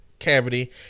Cavity